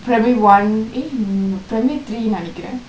primary one eh primary three நினைக்கிறேன்:ninaikiren